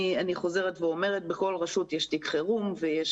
אני חוזרת ואומרת שבכל רשות יש תיק חירום ויש